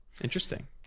Interesting